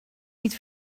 niet